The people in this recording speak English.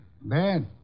Bad